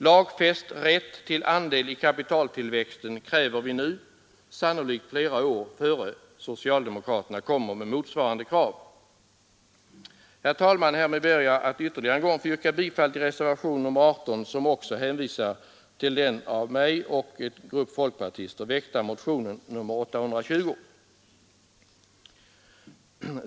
Lagfäst rätt till andel i Nr99 kapitaltillväxten kräver vi nu, sannolikt flera år innan socialdemokraterna Torsdagen den kommer med motsvarande krav. 24 maj 1973 Herr talman! Härmed ber jag att ytterligare en gång få yrka bifall till reservationen 18 som också hänvisar till den av mig och en grupp folkpartister väckta motionen 820.